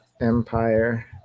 Empire